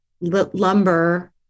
lumber